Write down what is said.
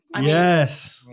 Yes